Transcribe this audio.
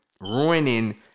ruining